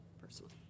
personally